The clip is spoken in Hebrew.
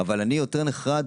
אבל אני יותר נחרד